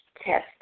test